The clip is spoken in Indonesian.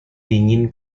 dingin